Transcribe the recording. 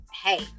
hey